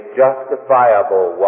justifiable